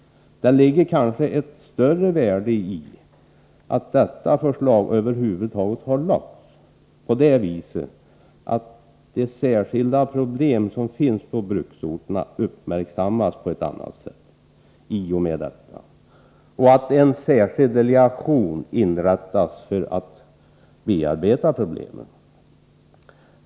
Det ligger kanske ett större värde i att förslaget i fråga över huvud taget har väckts, i och med att därigenom de särskilda problem som finns på bruksorterna kommer att uppmärksammas på ett annat sätt och en särskild delegation kommer att inrättas för att bearbeta problemen.